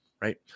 right